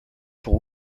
pour